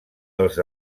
els